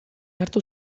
hartu